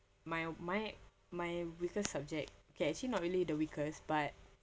my my my weakest subject okay actually not really the weakest but